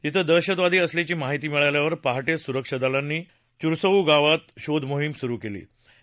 तिथं दहशतवादी असल्याची माहिती मिळाल्यावर पहाटेच सुरक्षा दलांनी चुरसवू गावात शोधमोहिम सुरु केली होती